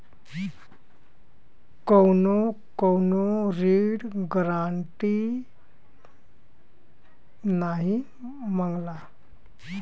कउनो कउनो ऋण गारन्टी नाही मांगला